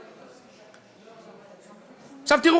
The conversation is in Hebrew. עכשיו תראו,